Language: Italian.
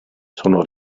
sono